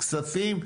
כספים.